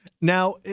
Now